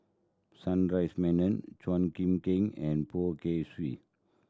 Sundaresh Menon Chua Kim Kang and Poh Kay Swee